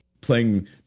playing